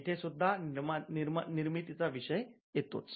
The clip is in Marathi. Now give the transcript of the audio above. येथे सुद्धा निर्मितीचा विषय येतोच